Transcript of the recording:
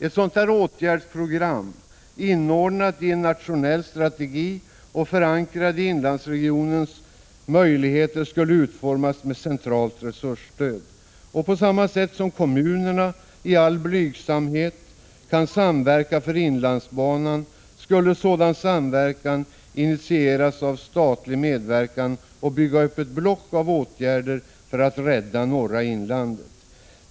Ett sådant åtgärdsprogram, inordnat i en nationell strategi och förankrat i inlandsregionens möjligheter, skulle utformas med centralt resursstöd. På samma sätt som kommunerna i all blygsamhet kan samverka för inlandsbanan, skulle sådan samverkan initieras genom statlig medverkan, varigenom ett block av åtgärder för att rädda norra inlandet kunde byggas upp.